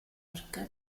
york